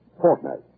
fortnight